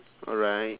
alright